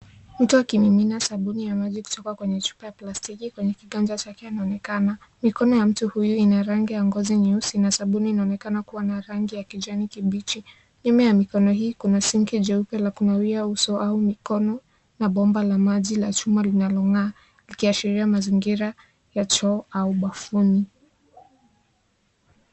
Mtu akimimina sabuni ya maji kutoka kwenye chupa ya plastiki kwenye kiganja chake anaonekana. Mikono ya mtu huyu ina rangi ya ngozi nyeusi na sabuni inaonekana kuwa ni ya rangi ya kijani kibichi. Mbele ya mikono hii kuna sinki jeupe la kunawia uso au mikono na bomba la maji la chuma linalong'aa likiashiria mazingira ya choo au bafuni.